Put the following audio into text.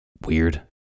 weird